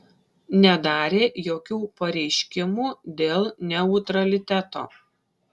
nedarė jokių pareiškimų dėl neutraliteto